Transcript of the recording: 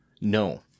No